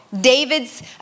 David's